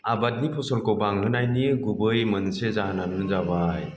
आबादनि फसलखौ बांहोनायनि गुबै मोनसे जाहोनानो जाबाय